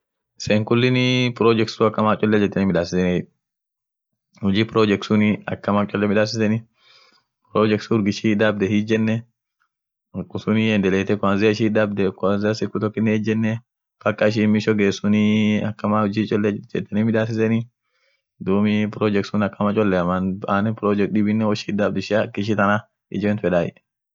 Tulupinsinin ada ishia kabdi ada ishia taa lila itbeeken ta durani taa inama yote wotbeeku akishin inama heshimte akishin wageni kabetu akishiini wageni karibishitu akama muhimu keete amine dumii sheree ishiani biria sheree sune akama muhimu kaskete dumii aminen won ishin faan dotu taa amerkatif iyo taa eshia akan fan dot won.dibii